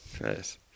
Nice